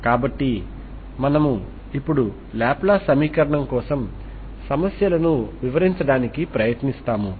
కాబట్టి మనము ఇప్పుడు లాప్లాస్ సమీకరణం కోసం సమస్యలను వివరించడానికి ప్రయత్నిస్తాము